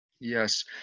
Yes